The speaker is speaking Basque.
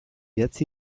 idatz